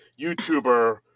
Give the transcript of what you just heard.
YouTuber